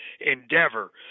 endeavor